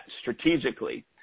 strategically